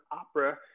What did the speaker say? opera